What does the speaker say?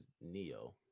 neo